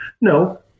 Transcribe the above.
No